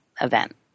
event